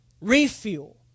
refuel